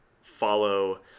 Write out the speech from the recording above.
follow